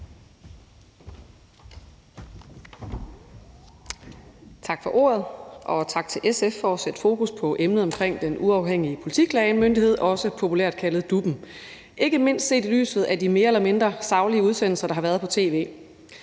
Tak for ordet. Og tak til SF for at sætte fokus på emnet omkring Den Uafhængige Politiklagemyndighed, også populært kaldet DUP'en, ikke mindst set i lyset af de mere eller mindre saglige udsendelser, der har været på tv.